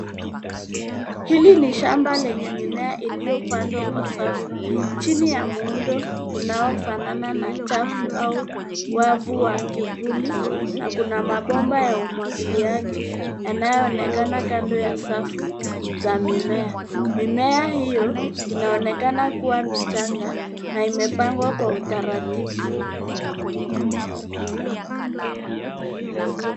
Hili ni shamba lenye mimea iliyopandwa kwa safu chini ya muundo unaofanana na chafu au wavu wa kivuli na kuna mabomba ya umwagiliaji yanayoonekana kando ya safu za mimea. Mimea hio inaonekana kuwa michanga na imepangwa kwa utaratibu.